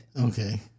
Okay